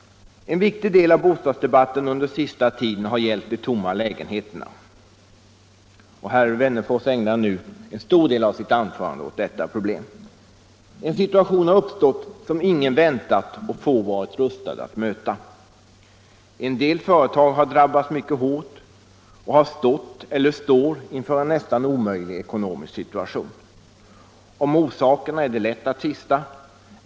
En viktig del av bostadsdebatten under den senaste tiden har gällt de tomma lägenheterna. Herr Wennerfors ägnade en stor del av sitt anförande åt detta problem. En situation har uppstått som ingen väntat och få varit rustade att möta. En del företag har drabbats mycket hårt och har stått eller står inför en nästan omöjlig ekonomisk situation. Om orsakerna är det lätt att tvista.